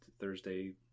Thursday